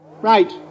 Right